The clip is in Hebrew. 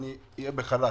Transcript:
אני בחל"ת.